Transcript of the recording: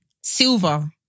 silver